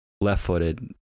left-footed